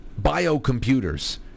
biocomputers